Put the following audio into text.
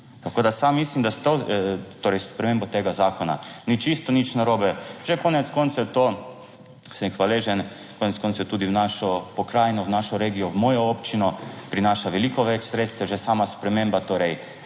Tako da sam mislim, da s to, torej s spremembo tega zakona ni čisto nič narobe. Že konec koncev, to sem hvaležen konec koncev tudi v našo pokrajino, v našo regijo, v mojo občino prinaša veliko več sredstev že sama sprememba, torej